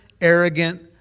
arrogant